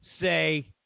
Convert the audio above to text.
say